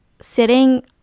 sitting